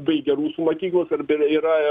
baigė rusų mokyklas ir ber yra